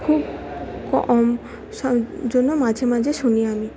খুব কম জন্য মাঝে মাঝে শুনি আমি